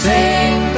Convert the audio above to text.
Sing